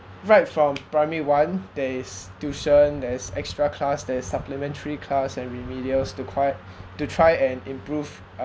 right from primary one there's tuition there's extra class there's supplementary class and remedials to tr~ to try and improve